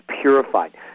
purified